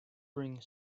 bring